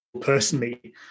personally